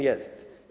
Jest.